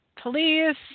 police